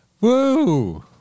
Woo